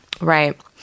Right